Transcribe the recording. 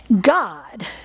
God